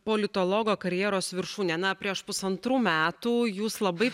politologo karjeros viršūnė na prieš pusantrų metų jūs labai